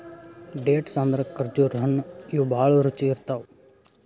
dates ಅಂದ್ರ ಖರ್ಜುರ್ ಹಣ್ಣ್ ಇವ್ ಭಾಳ್ ರುಚಿ ಇರ್ತವ್